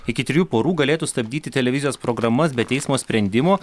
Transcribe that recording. iki trijų porų galėtų stabdyti televizijos programas be teismo sprendimo